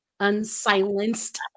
unsilenced